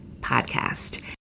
podcast